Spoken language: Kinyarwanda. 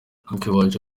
akiwacu